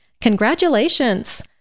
Congratulations